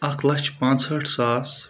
اَکھ لچھ پانٛژٕ ہٲٹھ ساس